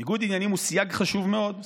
ניגוד עניינים הוא סייג חשוב מאוד,